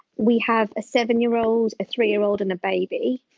we have a seven-year-old, a three-year-old and a baby.